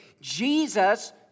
Jesus